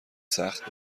سخت